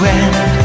end